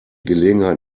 gelegenheit